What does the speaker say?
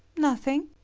nothing.